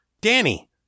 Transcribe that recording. Danny